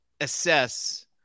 assess